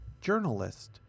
journalist